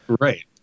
Right